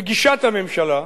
וגישת הממשלה,